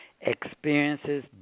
experiences